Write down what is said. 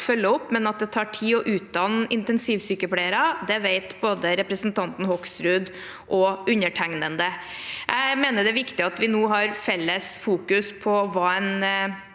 men at det tar tid å utdanne intensivsykepleiere, vet både representanten Hoksrud og undertegnede. Jeg mener det er viktig at vi nå har felles fokus på hva en